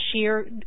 sheer